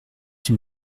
une